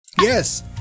Yes